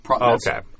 Okay